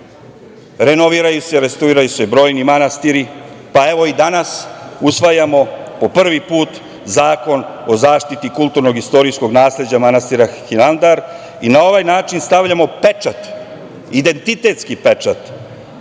Renoviraju se, restauriraju, brojni manastiri, pa, evo, i danas usvajamo po prvi put Zakon o zaštiti kulturno-istorijskog nasleđa manastira Hilandar i na ovaj način stavljamo pečat, identitetski pečat,